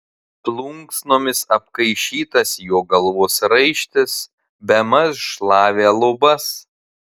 plunksnomis apkaišytas jo galvos raištis bemaž šlavė lubas